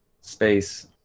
space